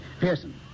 Pearson